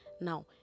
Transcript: Now